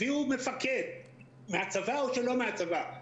הביאו מפקד מהצבא או שלא מהצבא,